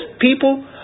people